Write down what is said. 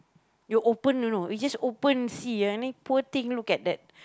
you open you know you just open see ah and then poor thing look at that